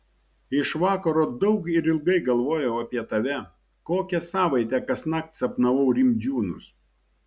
iš vakaro daug ir ilgai galvojau apie tave kokią savaitę kasnakt sapnavau rimdžiūnus